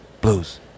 blues